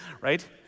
right